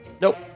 Nope